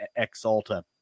Exalta